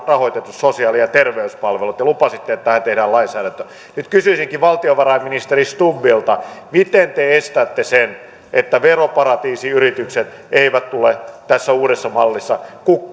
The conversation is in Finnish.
rahoitetut sosiaali ja terveyspalvelut te lupasitte että tähän tehdään lainsäädäntö nyt kysyisinkin valtiovarainministeri stubbilta miten te estätte sen että veroparatiisiyritykset tulevat tässä uudessa mallissa